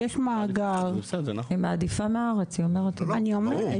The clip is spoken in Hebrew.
זה לא הקטע, אני מעדיפה מהארץ, יש מאגר.